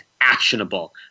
actionable